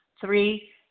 Three